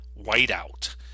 Whiteout